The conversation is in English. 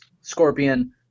Scorpion